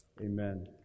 amen